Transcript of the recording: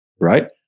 right